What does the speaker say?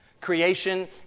Creation